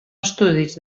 estudis